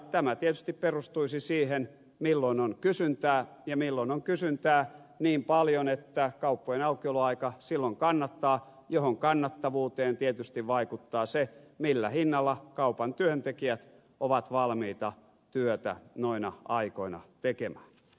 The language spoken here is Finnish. tämä tietysti perustuisi siihen milloin on kysyntää ja milloin on kysyntää niin paljon että kauppojen aukioloaika silloin kannattaa johon kannattavuuteen tietysti vaikuttaa se millä hinnalla kaupan työntekijät ovat valmiita työtä noina aikoina tekemään